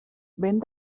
vent